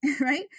Right